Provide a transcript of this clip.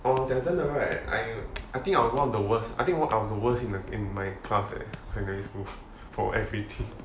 我讲真的 right I I think I was one of the worst I think I'm the worst in my in my class leh secondary school for everything